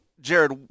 Jared